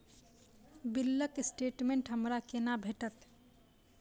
बिलक स्टेटमेंट हमरा केना भेटत?